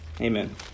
Amen